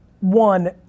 One